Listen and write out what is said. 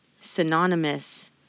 synonymous